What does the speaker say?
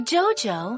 Jojo